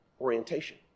orientation